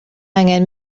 angen